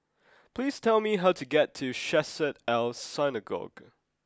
please tell me how to get to Chesed El Synagogue